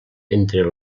entre